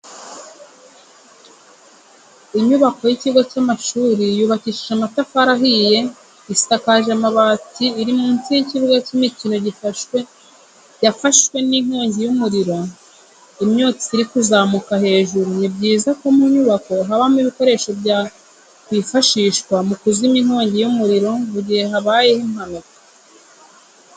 Inyubako y'ikigo cy'amashuri yubakishije amatafari ahiye isakaje amabati iri munsi y'ikibuga cy'imikino yafashwe n'inkongi y'umuriro imyotsi iri kuzamuka hejuru. Ni byiza ko mu nyubako habamo ibikoresho byakwifashishwa mu kuzimya inkongi y'umuriro mu gihe habayeho impanuka.